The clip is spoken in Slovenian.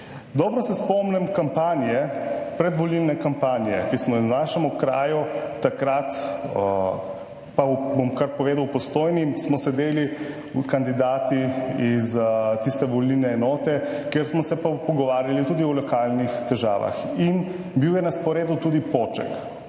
Dobro se spomnim kampanje, predvolilne kampanje, ki smo jo v našem okraju takrat, pa bom kar povedal, v Postojni smo sedeli kandidati iz tiste volilne enote, kjer smo se pa pogovarjali tudi o lokalnih težavah in bil je na sporedu tudi Poček.